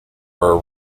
were